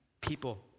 people